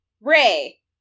Ray